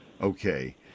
okay